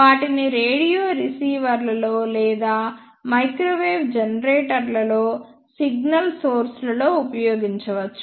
వాటిని రేడియో రిసీవర్లలో లేదా మైక్రోవేవ్ జనరేటర్లలో సిగ్నల్ సోర్స్లలో ఉపయోగించవచ్చు